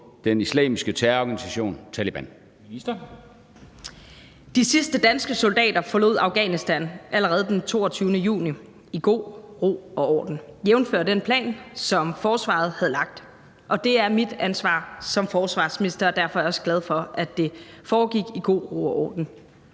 Forsvarsministeren (Trine Bramsen): De sidste danske soldater forlod Afghanistan allerede den 22. juni i god ro og orden, jævnfør den plan, som forsvaret havde lagt. Det er mit ansvar som forsvarsminister, og derfor er jeg også glad for, at det foregik i god ro og orden.